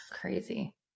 crazy